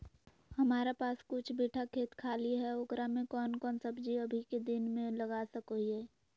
हमारा पास कुछ बिठा खेत खाली है ओकरा में कौन कौन सब्जी अभी के दिन में लगा सको हियय?